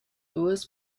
lewis